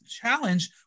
challenge